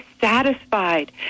satisfied